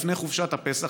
לפני חופשת הפסח,